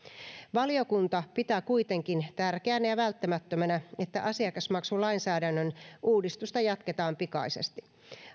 valiokunta pitää kuitenkin tärkeänä ja välttämättömänä että asiakasmaksulainsäädännön uudistusta jatketaan pikaisesti